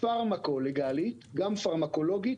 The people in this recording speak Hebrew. פרמה-קולוגלי גם פרמקולוגית,